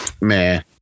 Man